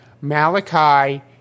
malachi